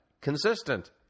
consistent